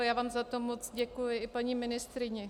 Já vám za to moc děkuji, i paní ministryni.